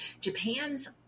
japan's